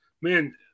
man